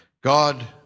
God